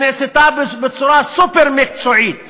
שנעשתה בצורה סופר-מקצועית.